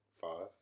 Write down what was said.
Five